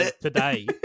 today